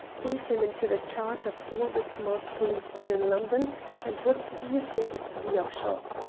gave him into the charge of all the smart policemen in london and what do you think is the upshot?